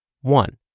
One